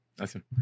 awesome